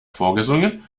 vorgesungen